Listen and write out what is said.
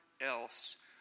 else